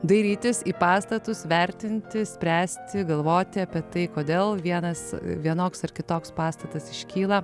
dairytis į pastatus vertinti spręsti galvoti apie tai kodėl vienas vienoks ar kitoks pastatas iškyla